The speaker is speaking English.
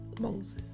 Moses